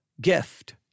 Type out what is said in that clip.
gift